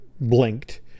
blinked